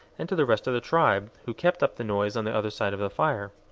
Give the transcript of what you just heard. and to the rest of the tribe, who kept up the noise on the other side of the fires.